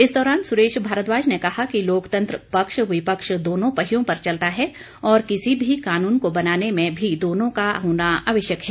इस दौरान सुरेश भारद्वाज ने कहा कि लोकतंत्र पक्ष विपक्ष दोनों पहियों पर चलता है और किसी भी कानून को बनाने में भी दोनों का होना आवश्यक है